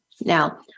Now